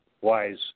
wise